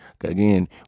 Again